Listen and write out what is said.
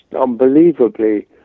unbelievably